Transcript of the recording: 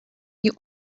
you